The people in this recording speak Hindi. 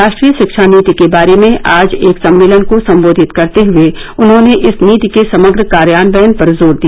राष्ट्रीय शिक्षा नीति के बारे में आज एक सम्मेलन को संबोधित करते हए उन्होंने इस नीति के समग्र कार्यान्वयन पर जोर दिया